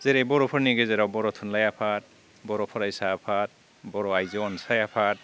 जेरै बर'फोरनि गेजेराव बर' थुनलाइ आफाद बर' फरायसा आफाद बर' आयजो अनसाय आफाद